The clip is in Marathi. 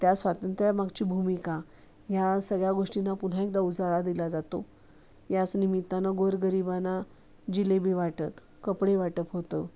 त्या स्वातंत्र्यामागची भूमिका ह्या सगळ्या गोष्टींना पुन्हा एकदा उजाळा दिला जातो याच निमित्तानं गोरगरीबांना जिलेबी वाटत कपडे वाटप होतं